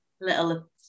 little